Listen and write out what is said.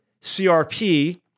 CRP